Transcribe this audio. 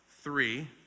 three